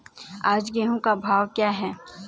आज गेहूँ का भाव क्या है?